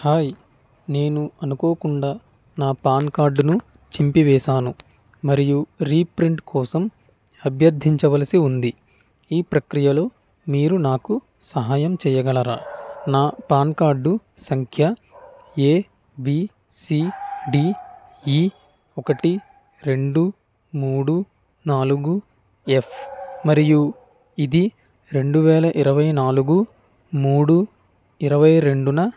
hi అనుకోకుండా నా PAN కార్డును చింపివేశాను మరియు రీప్రింట్ కోసం అభ్యర్థించవలసి ఉంది ఈ ప్రక్రియలో మీరు నాకు సహాయం చెయ్యగలరా నా పాన్ కార్డు సంఖ్య ఏబిసి డిఇ ఒకటి రెండు మూడు నాలుగు ఎఫ్ మరియు ఇది రెండు వేల ఇరవై నాలుగు మూడు ఇరవై రెండున